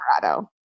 Colorado